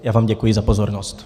Já vám děkuji za pozornost.